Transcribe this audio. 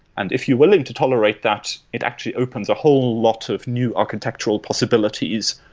and if you're willing to tolerate that, it actually opens a whole lot of new architectural possibilities,